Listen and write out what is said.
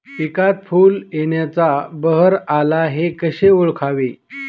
पिकात फूल येण्याचा बहर आला हे कसे ओळखावे?